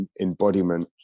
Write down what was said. embodiment